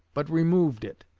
but removed it,